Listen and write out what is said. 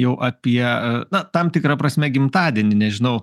jau apie na tam tikra prasme gimtadienį nežinau